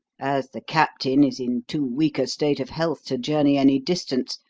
as the captain is in too weak a state of health to journey any distance,